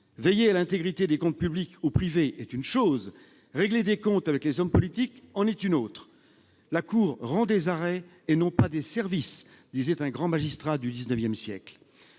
Veiller à l'intégrité des comptes publics ou privés est une chose ; régler des comptes avec les hommes politiques en est une autre !« La cour rend des arrêts, et non pas des services », disait un grand magistrat du XIX siècle.